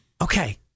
Okay